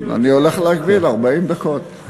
אני הולך להגדיל, 40 דקות.